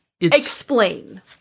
explain